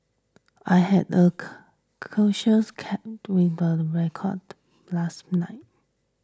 I had a casual chat with a reporter last night